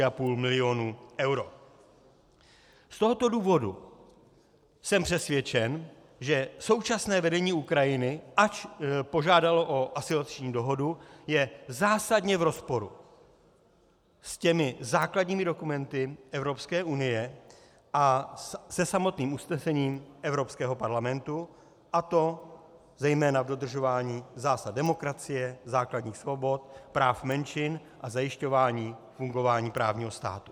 Z tohoto důvodu jsem přesvědčen, že současné vedení Ukrajiny, ač požádalo o asociační dohodu, je zásadně v rozporu se základními dokumenty Evropské unie a se samotným usnesením Evropského parlamentu, a to zejména v dodržování zásad demokracie, základních svobod, práv menšin a zajišťování fungování právního státu.